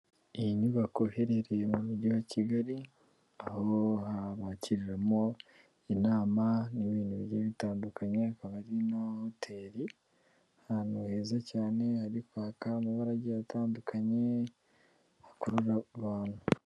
Iyi nyubako iherereye mu mujyi wa Kigali, aho bakiriramo inama n'ibindi bigiye bitandukanye, akaba ari na hoteli, ahantu heza cyane hari kwaka amabara agiye atandukanye akurura abantu.